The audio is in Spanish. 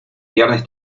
viernes